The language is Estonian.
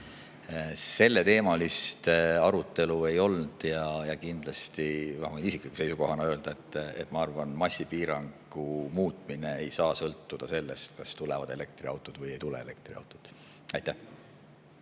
Selleteemalist arutelu ei olnud. Kindlasti võin oma isikliku seisukoha öelda. Ma arvan, et massi piirangu muutmine ei saa sõltuda sellest, kas tulevad elektriautod või ei tule elektriautod.